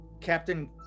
Captain